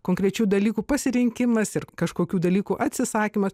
konkrečių dalykų pasirinkimas ir kažkokių dalykų atsisakymas